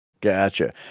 Gotcha